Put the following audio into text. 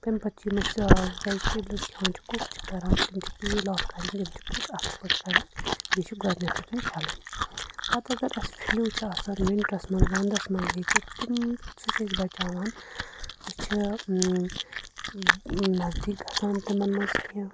تَمہِ پَتہٕ چھِ یِم اَسہِ ویٚجٹیبلٕز کھٮ۪وٚان چھِ کُک چھِ کران تِم چھِ پیٖل آف کرٕنۍ اَصٕل پٲٹھۍ کرٕنۍ بیٚیہِ چھِ گۅڈٕنٮ۪تھٕے تِم چھلٕنۍ پَتہٕ اگر اَسہِ فِلوٗ چھُ آسان وِنٹرس منٛز وَنٛدس منٛز ییٚتہِ تِم سُہ چھُ اَسہِ بچاوان أسی چھِ نٔزدیٖک گژھان تِمن منٛز کیٚنٛہہ